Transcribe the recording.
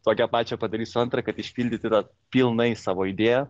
tokią pačią padarysiu antrą kad išpildyti tą pilnai savo idėją